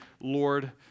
Lord